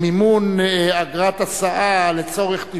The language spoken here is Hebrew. מימון אגרת הסעה לצורך טיפול),